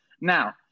Now